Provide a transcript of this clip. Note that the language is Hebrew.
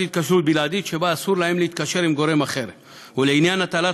בלעדית שבה אסור להם להתקשר עם גורם אחר ולעניין הטלת